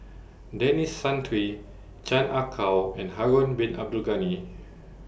Denis Santry Chan Ah Kow and Harun Bin Abdul Ghani